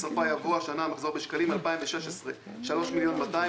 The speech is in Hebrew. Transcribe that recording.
בסופה יבוא: השנה המחזור בשקלים חדשים 2016 3,200,000